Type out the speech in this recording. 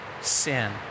sin